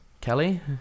Kelly